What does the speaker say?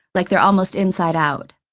like they're almost inside out.